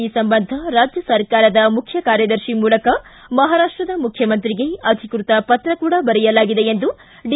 ಈ ಸಂಬಂಧ ರಾಜ್ಯ ಸರ್ಕಾರದ ಮುಖ್ಯ ಕಾರ್ಯದರ್ಶಿ ಮೂಲಕ ಮಹಾರಾಷ್ಟದ ಮುಖ್ಯಮಂತ್ರಿಗೆ ಅಧಿಕೃತ ಪತ್ರ ಕೂಡ ಬರೆಯಲಾಗಿದೆ ಎಂದು ಡಿ